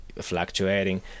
fluctuating